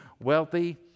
wealthy